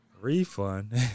Refund